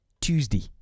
Tuesday